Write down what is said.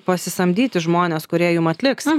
pasisamdyti žmones kurie jum atliks